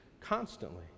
constantly